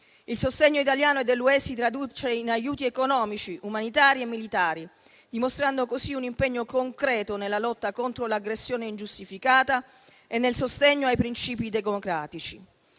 Il sostegno italiano e dell'Unione europea si traduce in aiuti economici, umanitari e militari, dimostrando così un impegno concreto nella lotta contro un'aggressione ingiustificata e nel sostegno ai princìpi democratici.